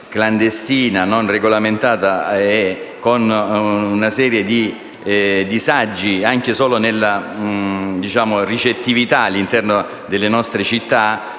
clandestina non regolamentata, cui consegue una serie di disagi anche solo in termini di ricettività all'interno delle nostre città,